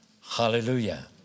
Hallelujah